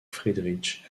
friedrich